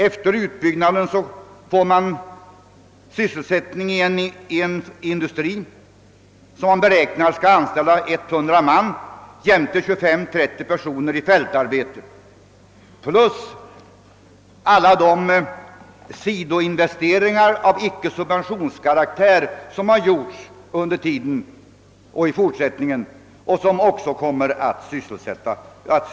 Efter utbyggnaden erhålles sysselsättning i en industri som beräknas komma att anställa 100 man jämte 25—30 personer i fältarbete. Därtill kommer alla de sidoinvesteringar av icke-subventionskaraktär som gjorts under tiden och som görs framdeles och som också kommer att sysselsätta folk.